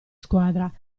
squadra